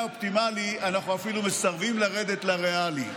מהאופטימלי אנחנו אפילו מסרבים לרדת לריאלי.